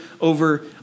over